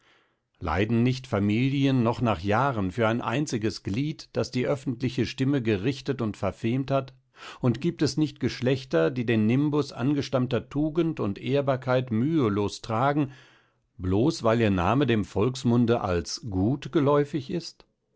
leiden nicht familien noch nach jahren für ein einziges glied das die öffentliche stimme gerichtet und verfemt hat und gibt es nicht geschlechter die den nimbus angestammter tugend und ehrbarkeit mühelos tragen bloß weil ihr name dem volksmunde als gut geläufig ist